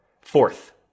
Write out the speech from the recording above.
Fourth